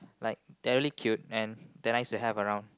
like they're really cute and they're nice to have around